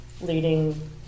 leading